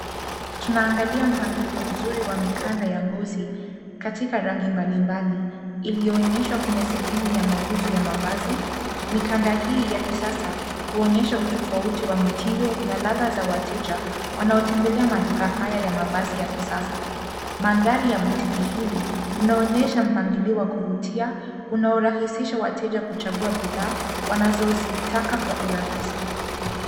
Tunaangalia mpangilio mzuri wa mikanda ya ngozi, katika rangi mbalimbali, iliyoonyeshwa kwenya sehemu ya mauzo ya mavazi. Mikanda hii ya kisasa huonyesha utofauti wa mitindo na ladha za wateja wanaotembelea maduka haya ya mavazi ya kisasa. Mandhari ya butiki hili linaonyesha mpangilio wa kuvutia, unorahisisha wateja kuchagua bidhaa wanazozitaka kwa urahisi.